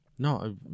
No